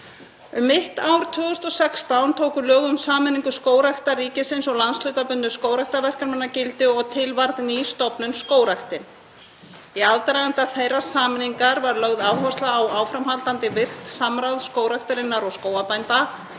Um mitt ár 2016 tóku lög um sameiningu Skógræktar ríkisins og landshlutabundnu skógræktarverkefnanna gildi og til varð til ný stofnun, Skógræktin. Í aðdraganda þeirrar sameiningar var lögð áhersla á áframhaldandi virkt samráð Skógræktarinnar og skógarbænda,